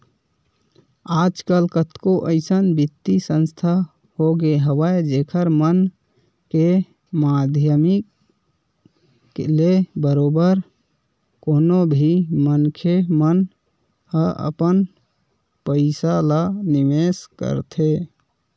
आजकल कतको अइसन बित्तीय संस्था होगे हवय जेखर मन के माधियम ले बरोबर कोनो भी मनखे मन ह अपन पइसा ल निवेस करथे